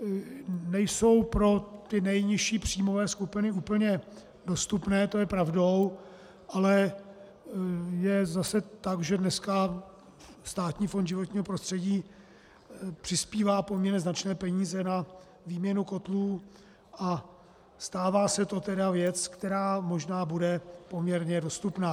Nejsou pro ty nejnižší příjmové skupiny úplně dostupné, to je pravdou, ale je to zase tak, že dneska Státní fond životního prostředí přispívá poměrně značnými penězi na výměnu kotlů, a stává se to tedy věcí, která možná bude poměrně dostupná.